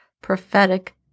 prophetic